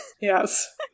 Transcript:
Yes